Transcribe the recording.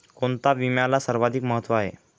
कोणता विम्याला सर्वाधिक महत्व आहे?